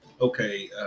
okay